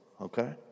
okay